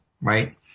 right